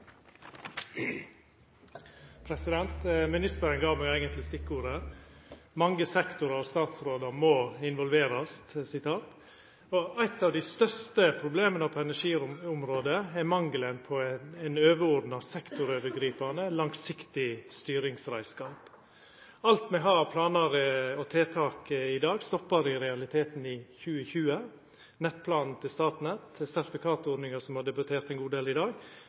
Breivik. Ministeren gav meg eigentleg stikkordet. Mange sektorar og statsrådar må involverast, sa han. Eit av dei største problema på energiområdet er mangelen på ein overordna, sektorovergripande, langsiktig styringsreiskap. Alt me har av planar og tiltak i dag, stoppar i realiteten i 2020 – nettplanen til Statnett, sertifikatordninga, som har vore debattert ein god del i dag,